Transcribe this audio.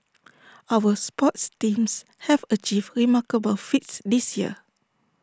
our sports teams have achieved remarkable feats this year